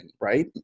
right